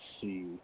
see